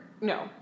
no